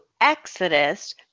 Exodus